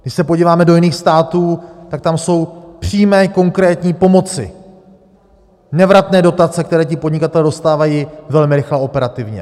Když se podíváme do jiných států, tak tam jsou přímé konkrétní pomoci, nevratné dotace, které ti podnikatelé dostávají velmi rychle a operativně.